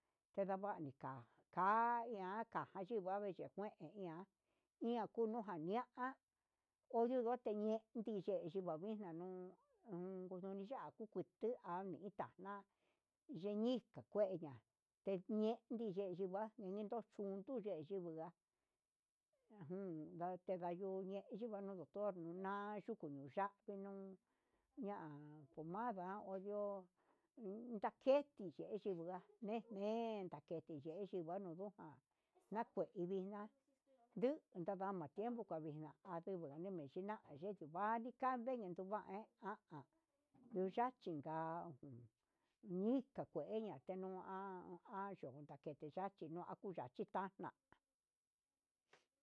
Chedava'a nika kaian kachiyikuan nichi kuen ña'a inña kuyujan na ian naken di kuen ndikavixna nuu un unini ya'á nikuente nduni ya'á nexni inka kueya tenii ñe'e ninixni ngue yeduu ndochundu ye'e nininga ajun nakedayu ningua anuu doctor na yuku nigua kenuu ya'a pumanda ondio ndo naketi nigua nuyunua ndaketi, yeyi ndunuján, nakuvixna yuu nanakue ndukavina nduna yeme'e chivani ndika tuva'a nu ha a ndundachinga jun ñiita takueña tuxna'a an uyanduketi yachi kuna yakutachi ta'a adna'a.